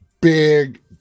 big